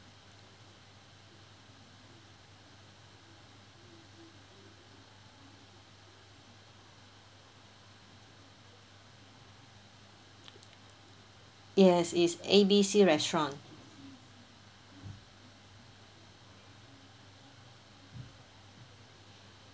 yes it's A B C restaurant